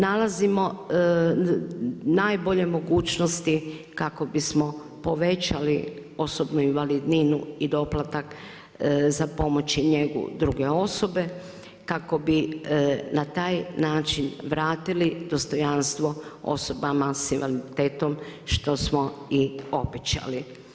Nalazimo najbolje mogućnosti kako bismo povećali osobnu invalidninu i doplatak za pomoći njegu druge osobe kako bi na taj način vratili dostojanstvo osobama sa invaliditetom što smo i obećali.